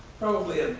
probably